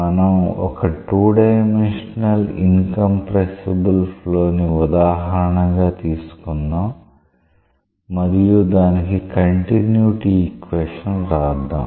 మనం ఒక 2 dimensional incompressible flow ని ఉదాహరణగా తీసుకుందాం మరియు దానికి కంటిన్యుటీ ఈక్వేషన్ వ్రాద్దాం